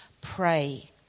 pray